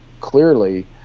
clearly